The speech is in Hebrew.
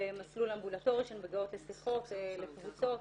מסלול אמבולטורי שהן מגיעות לשיחות, לקבוצות,